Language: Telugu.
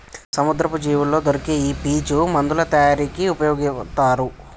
సముద్రపు జీవుల్లో దొరికే ఈ పీచు మందుల తయారీకి ఉపయొగితారు